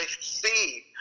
see